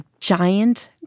giant